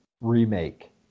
remake